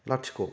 लाथिख'